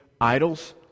idols